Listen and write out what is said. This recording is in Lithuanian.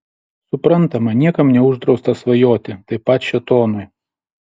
suprantama niekam neuždrausta svajoti taip pat šėtonui